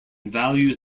values